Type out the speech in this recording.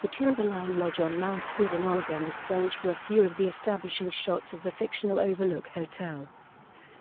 the timberline lodge on mount hood in oregon was filmed for a few of the establishing shots of the fictional overlook hotel